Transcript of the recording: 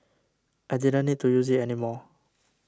I didn't need to use it anymore